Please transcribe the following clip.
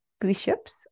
bishops